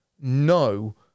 no